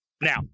Now